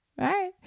right